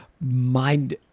mind